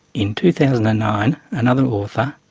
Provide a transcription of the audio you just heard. in two thousand and nine another author,